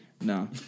No